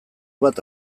bat